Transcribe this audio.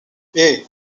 hey